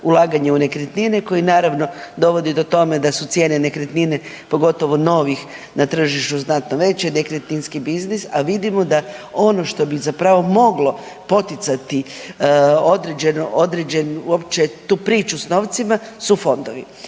ulaganje u nekretnine koje naravno dovode do toga da su cijene nekretnine pogotovo novih na tržištu znatno veće i nekretninski biznis, a vidimo da ono što bi zapravo moglo poticati određenu tu priču uopće s novcima su fondovi,